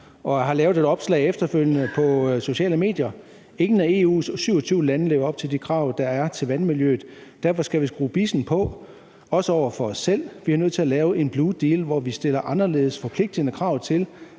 har lavet et opslag på de sociale medier, hvor der står: »Ingen af EU's 27 lande lever op til de krav, der er til vandmiljøet. Derfor skal vi skrue bissen på. Også over for os selv. Vi er nødt til at lave en Blue Deal, hvor vi stiller anderledes forpligtende krav til,